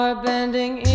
Bending